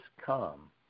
come